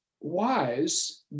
wise